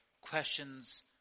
Questions